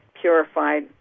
purified